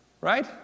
right